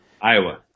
Iowa